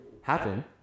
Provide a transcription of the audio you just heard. happen